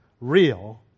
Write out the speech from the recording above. real